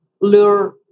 lure